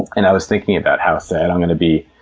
and i was thinking about how sad i'm going to be,